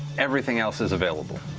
everything else is available.